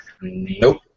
Nope